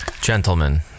Gentlemen